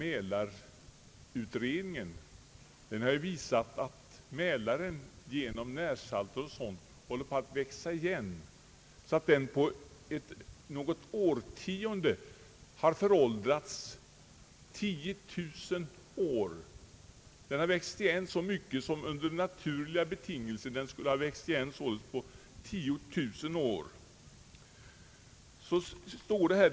Mälarutredningen har visat att Mälaren på grund av tillförseln av närsalter håller på att växa igen så att den på något årtionde har åldrats 10000 år — den har med andra ord växt igen lika mycket som den under naturliga betingelser skulle ha växt igen på 10 000 år.